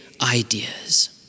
ideas